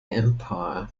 empire